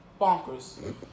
bonkers